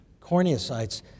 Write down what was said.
corneocytes